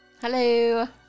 Hello